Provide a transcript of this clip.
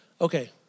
Okay